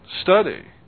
study